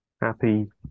happy